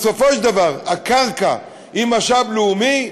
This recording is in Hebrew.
בסופו של דבר, הקרקע היא משאב לאומי,